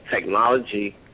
technology